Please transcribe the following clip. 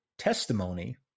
Testimony